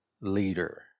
leader